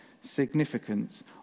significance